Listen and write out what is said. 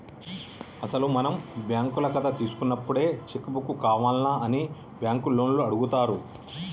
అసలు మనం బ్యాంకుల కథ తీసుకున్నప్పుడే చెక్కు బుక్కు కావాల్నా అని బ్యాంకు లోన్లు అడుగుతారు